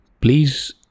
Please